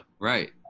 right